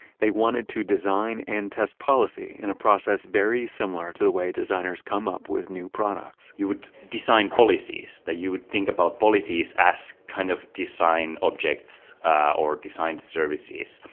they wanted to design and test policy in a process very similar to the way designers come up with new products you would design policies that you would think about policies as kind of design objects or design services.